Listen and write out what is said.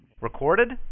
Recorded